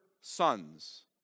sons